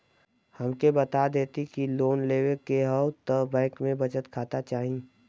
हमके बता देती की लोन लेवे के हव त बैंक में बचत खाता चाही?